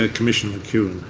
ah commissioner